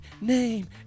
name